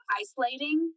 isolating